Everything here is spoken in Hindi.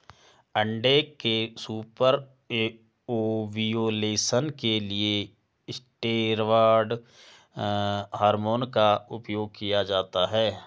अंडे के सुपर ओव्यूलेशन के लिए स्टेरॉयड हार्मोन का उपयोग किया जाता है